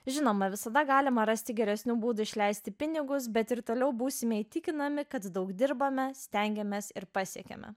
žinoma visada galima rasti geresnių būdų išleisti pinigus bet ir toliau būsime įtikinami kad daug dirbame stengiamės ir pasiekiame